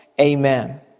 Amen